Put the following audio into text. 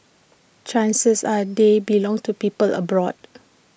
chances are they belong to people abroad